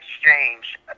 exchange